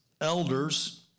elders